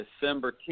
december